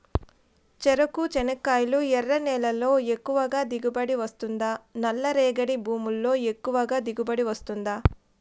చెరకు, చెనక్కాయలు ఎర్ర నేలల్లో ఎక్కువగా దిగుబడి వస్తుందా నల్ల రేగడి భూముల్లో ఎక్కువగా దిగుబడి వస్తుందా